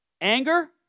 anger